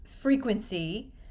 Frequency